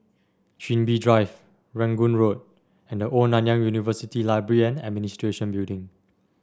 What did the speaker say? Chin Bee Drive Rangoon Road and The Old Nanyang University Library and Administration Building